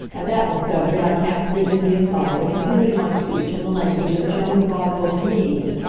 at that discovery i cast dignity aside and continued my speech in the language of a german vaudeville comedian,